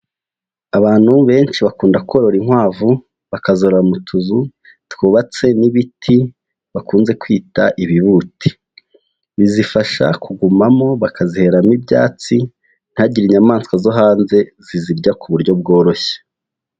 Abantu benshi bakunda korora inkwavu, bakazororera mu tuzu twubatse n'ibiti bakunze kwita ibibuti. Bizifasha kugumamo bakaziheramo ibyatsi, ntihagire inyamaswa zo hanze zizirya ku buryo bworoshye.